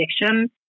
addiction